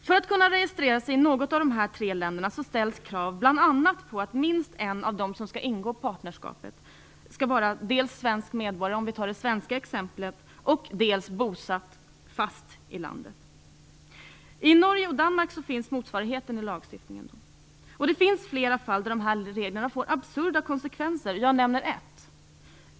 För att kunna registrera sig i något av de tre länderna ställs - för att ta Sverige som exempel - bl.a. krav på att minst en av dem som skall ingå partnerskap skall vara svensk medborgare och fast bosatt i landet. I Norge och Danmark finns motsvarigheter i lagstiftningen. Det finns flera fall där de här reglerna får absurda konsekvenser, och jag vill nämna ett av dem.